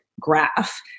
graph